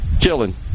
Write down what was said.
killing